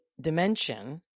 dimension